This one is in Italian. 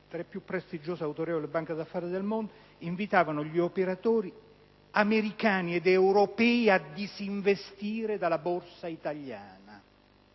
e le più prestigiose ed autorevoli banche d'affari del mondo invitavano gli operatori americani ed europei a disinvestire dalla Borsa italiana.